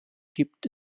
gibt